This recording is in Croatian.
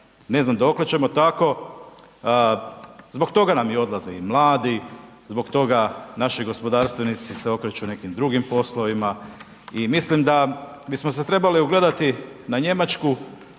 Ne znam dokle ćemo tako, zbog toga nam i odlaze i mladi i zbog toga naši gospodarstveni se okreću nekim drugim poslovima i mislim da bismo se trebali ugledati na Njemačku